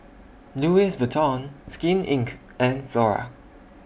Louis Vuitton Skin Inc and Flora